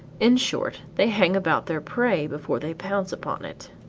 in short they hang about their prey before they pounce upon it.